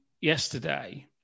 yesterday